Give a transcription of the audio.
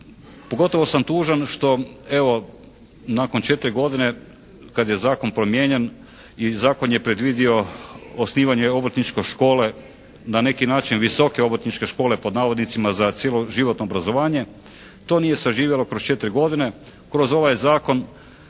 Pogotovo sam tužan što evo nakon 4 godine kad je zakon promijenjen i zakon je predvidio osnivanje obrtničke škole, na neki način "visoke obrtničke škole", pod navodnicima za cjeloživotno obrazovanje. To nije zaživjelo kroz 4 godine. kroz ovaj zakon